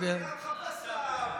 אני רק מחפש את הפואנטה.